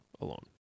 alone